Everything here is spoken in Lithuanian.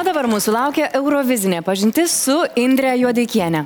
o dabar mūsų laukia eurovizinė pažintis su indre juodeikiene